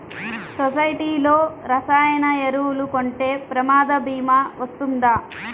సొసైటీలో రసాయన ఎరువులు కొంటే ప్రమాద భీమా వస్తుందా?